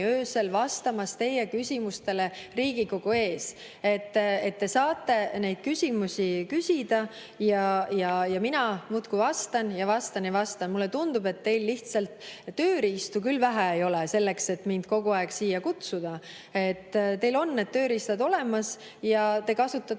vastamas teie küsimustele Riigikogu ees. Te saate neid küsimusi küsida ja mina muudkui vastan ja vastan ja vastan. Mulle tundub, et teil tööriistu küll vähe ei ole selleks, et mind kogu aeg siia kutsuda. Teil on need tööriistad olemas ja te kasutate